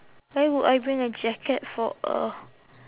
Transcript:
why would I bring a jacket for a